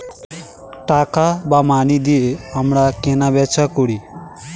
টাকা বা মানি দিয়ে আমরা কেনা বেচা করি